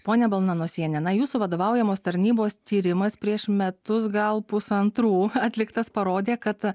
ponia balnanosienė na jūsų vadovaujamos tarnybos tyrimas prieš metus gal pusantrų atliktas parodė kad